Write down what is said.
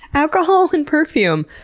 alcohol and perfume,